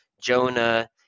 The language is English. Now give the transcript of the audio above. Jonah